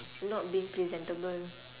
not being presentable